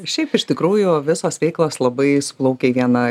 šiaip iš tikrųjų visos veiklos labai suplaukė į vieną